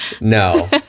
No